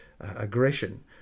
aggression